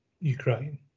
Ukraine